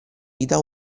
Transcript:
vita